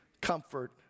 comfort